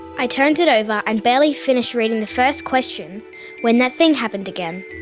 i turned it over and barely finished reading the first question when that thing happened again.